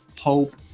hope